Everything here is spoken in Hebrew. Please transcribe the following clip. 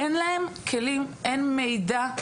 אין להם כלים, אין מידע.